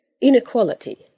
inequality